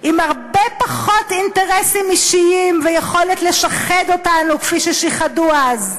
עם הרבה פחות אינטרסים אישיים ויכולת לשחד אותנו כפי ששיחדו אז.